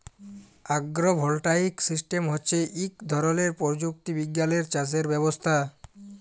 আগ্র voltaic system হচ্যে ইক ধরলের প্রযুক্তি বিজ্ঞালের চাসের ব্যবস্থা